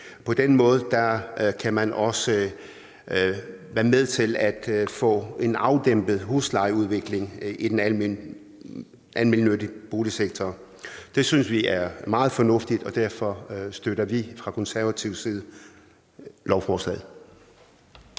På den måde kan man også være med til at få en afdæmpet huslejeudvikling i den almennyttige boligsektor. Det synes vi er meget fornuftigt, og derfor støtter vi fra konservativ side lovforslaget.